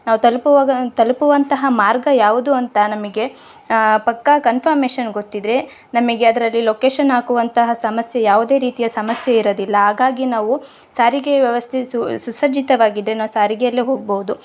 ನಾವು ತಲುಪುವಾಗ ತಲುಪುವಂತಹ ಮಾರ್ಗ ಯಾವುದು ಅಂತ ನಮಗೆ ಪಕ್ಕಾ ಕನ್ಫಮೇಶನ್ ಗೊತ್ತಿದ್ದರೆ ನಮಗೆ ಅದರಲ್ಲಿ ಲೊಕೇಶನ್ ಹಾಕುವಂತಹ ಸಮಸ್ಯೆ ಯಾವುದೇ ರೀತಿಯ ಸಮಸ್ಯೆ ಇರೋದಿಲ್ಲ ಹಾಗಾಗಿ ನಾವು ಸಾರಿಗೆ ವ್ಯವಸ್ಥೆ ಸುಸಜ್ಜಿತವಾಗಿದ್ದರೆ ನಾವು ಸಾರಿಗೆಯಲ್ಲೇ ಹೋಗ್ಬೌದು